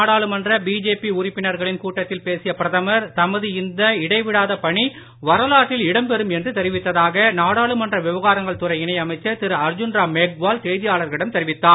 நாடாளுமன்றபிஜேபிஉறுப்பினர்களின்கூட்டத்தில்பேசிய பிரதமர் தமதுஇந்தஇடைவிடாதபணிவரலாற்றில்இடம்பெறும்என்றுதெரிவித்ததா கநாடாளுமன்றவிவகாரங்கள்துறைஇணைஅமைச்சர்திருஅர்ஜூன்ராம் மெக்வால்செய்தியாளர்களிடம்தெரிவித்தார்